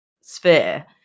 sphere